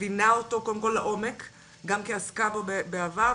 מבינה אותו קודם כל לעומק גם כי עסקה בו בעבר,